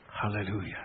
Hallelujah